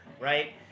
right